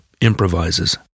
improvises